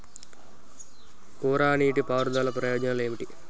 కోరా నీటి పారుదల ప్రయోజనాలు ఏమిటి?